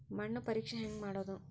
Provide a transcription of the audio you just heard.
ಮಣ್ಣು ಪರೇಕ್ಷೆ ಹೆಂಗ್ ಮಾಡೋದು?